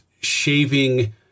shaving